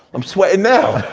i'm sweatin' now.